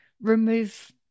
remove